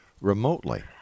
remotely